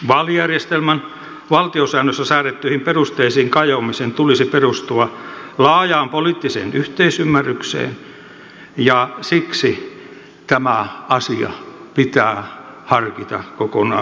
vaalijärjestelmän valtiosäännössä säädettyihin perusteisiin kajoamisen tulisi perustua laajaan poliittiseen yhteisymmärrykseen ja siksi tämä asia pitää harkita kokonaan uudelleen